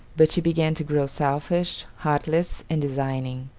but she began to grow selfish, heartless, and designing.